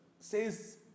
says